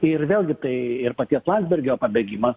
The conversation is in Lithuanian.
tai ir vėlgi tai ir paties landsbergio pabėgimas